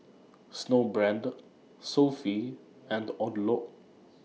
Snowbrand Sofy and Odlo